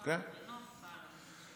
ומשרד החינוך אחראי,